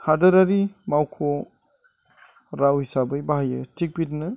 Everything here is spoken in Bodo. हादोरारि मावख' राव हिसाबै बाहायो थिग बेबादिनो